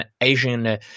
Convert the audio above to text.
Asian